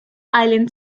island